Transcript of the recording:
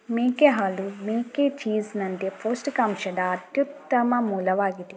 ಮೇಕೆ ಹಾಲು ಮೇಕೆ ಚೀಸ್ ನಂತೆ ಪೌಷ್ಟಿಕಾಂಶದ ಅತ್ಯುತ್ತಮ ಮೂಲವಾಗಿದೆ